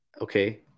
okay